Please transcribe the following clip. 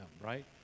right